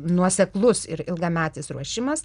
nuoseklus ir ilgametis ruošimas